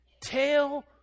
tell